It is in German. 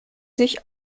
sich